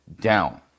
down